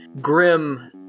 Grim